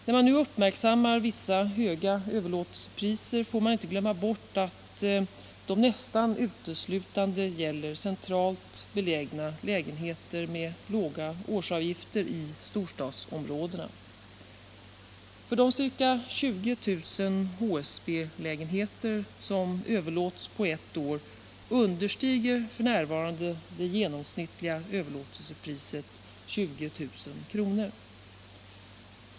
När man nu uppmärksammar vissa höga överlåtelsepriser får man inte glömma bort att de nästan uteslutande gäller centralt belägna lägenheter med låga årsavgifter i storstadsområdena. För de ca 20 000 HSB-lägenheter som överlåts på ett år understiger f.n. det genomsnittliga överlåtelsepriset 20 000 kr.